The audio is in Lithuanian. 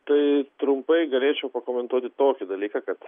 tai trumpai galėčiau pakomentuoti tokį dalyką kad